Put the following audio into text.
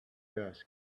dust